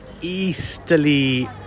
easterly